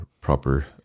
proper